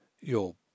Your